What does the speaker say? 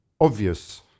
obvious